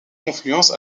confluence